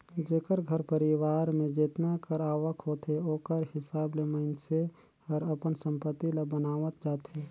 जेकर घर परिवार में जेतना कर आवक होथे ओकर हिसाब ले मइनसे हर अपन संपत्ति ल बनावत जाथे